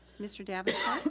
mr. davenport.